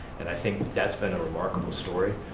and i think that's been a remarkable story.